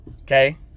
okay